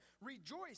Rejoice